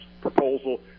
proposal